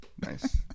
Nice